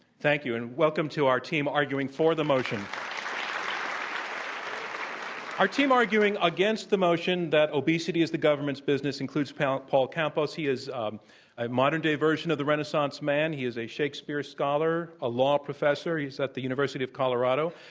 thank you. and welcome to our team arguing for the motion. our team arguing against the motion that obesity is the government's business includes paul campos. he is um a modern-day version of the renaissance man. he is a shakespeare scholar, a law professor. he's at the university of colorado